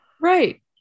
Right